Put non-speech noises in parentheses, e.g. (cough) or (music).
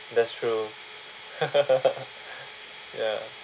that's true (laughs) ya